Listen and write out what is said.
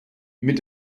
mit